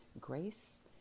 grace